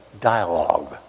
dialogue